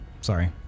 Sorry